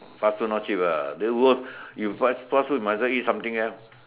fast food not cheap ah don't worth you fast food might as well eat something else